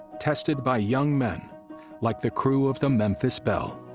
tested by young men like the crew of the memphis belle,